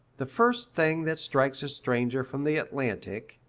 the first thing that strikes a stranger from the atlantic,